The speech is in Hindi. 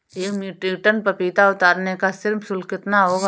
एक मीट्रिक टन पपीता उतारने का श्रम शुल्क कितना होगा?